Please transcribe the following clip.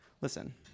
Listen